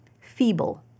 feeble